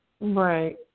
Right